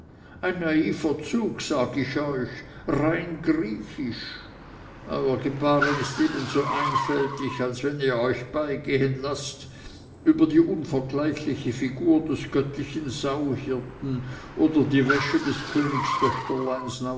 ein naiver zug sag ich euch rein griechisch euer gebaren ist ebenso einfältig als wenn ihr euch beigeben laßt über die unvergleichliche figur des göttlichen sauhirten oder die wäsche des